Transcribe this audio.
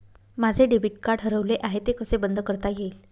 माझे debit card हरवले आहे ते कसे बंद करता येईल?